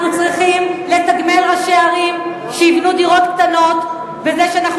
אנחנו צריכים לתגמל ראשי ערים שיבנו דירות קטנות בזה שאנחנו